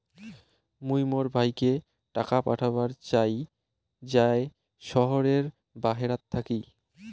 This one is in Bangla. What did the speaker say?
মুই মোর ভাইকে টাকা পাঠাবার চাই য়ায় শহরের বাহেরাত থাকি